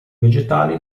vegetali